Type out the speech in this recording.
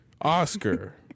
Oscar